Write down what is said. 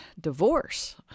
divorce